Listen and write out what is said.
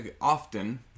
often